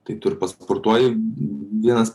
tai tu ir pasportuoji vienas